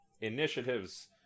initiatives